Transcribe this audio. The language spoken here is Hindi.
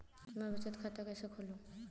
मैं बचत खाता कैसे खोलूँ?